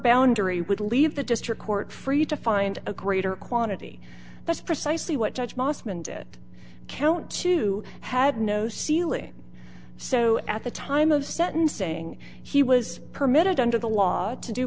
boundary would leave the district court free to find a greater quantity that's precisely what judge mossman did count two had no ceiling so at the time of sentencing he was permitted under the law to do